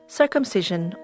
circumcision